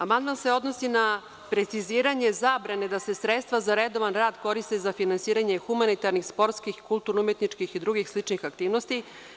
Amandman se odnosi na preciziranje zabrane da se sredstva za redovan rad koriste za finansiranje humanitarnih sportskih kulturno-umetničkih i drugih sličnih aktivnosti.